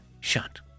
shut